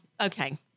okay